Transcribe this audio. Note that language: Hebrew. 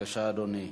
בבקשה, אדוני.